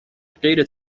غیر